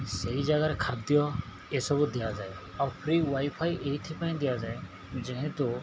ସେଇ ଜାଗାରେ ଖାଦ୍ୟ ଏସବୁ ଦିଆଯାଏ ଆଉ ଫ୍ରି ୱାଇଫାଇ ଏଇଥିପାଇଁ ଦିଆଯାଏ ଯେହେତୁ